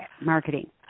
marketing